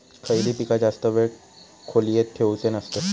खयली पीका जास्त वेळ खोल्येत ठेवूचे नसतत?